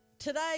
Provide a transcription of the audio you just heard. Today